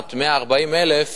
כשאמרת 140,000